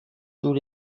tous